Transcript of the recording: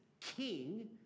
king